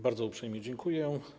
Bardzo uprzejmie dziękuję.